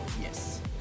Yes